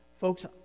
Folks